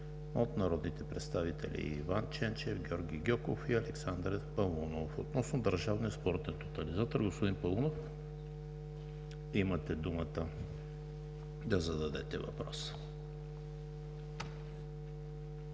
от народните представители Иван Ченчев, Георги Гьоков и Александър Паунов относно Държавния спортен тотализатор. Господин Паунов, имате думата да зададете въпроса.